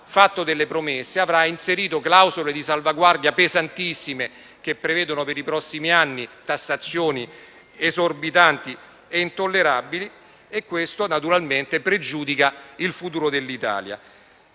fatto delle promesse e avrà inserito clausole di salvaguardia pesantissime, che prevedono per i prossimi anni tassazioni esorbitanti e intollerabili, e ciò naturalmente pregiudicherà il futuro dell'Italia.